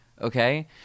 okay